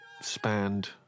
spanned